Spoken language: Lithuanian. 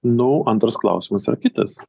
nu antras klausimas yra kitas